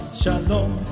shalom